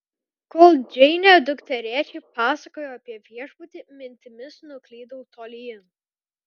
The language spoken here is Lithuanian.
kol džeinė dukterėčiai pasakojo apie viešbutį mintimis nuklydau tolyn